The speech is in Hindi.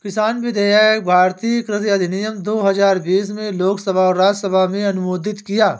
किसान विधेयक भारतीय कृषि अधिनियम दो हजार बीस में लोकसभा और राज्यसभा में अनुमोदित किया